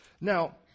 Now